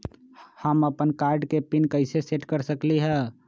हम अपन कार्ड के पिन कैसे सेट कर सकली ह?